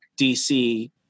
DC